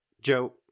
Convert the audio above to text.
Joe